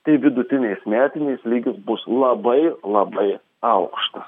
tai vidutinės metinės lygis bus labai labai aukštas